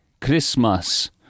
Christmas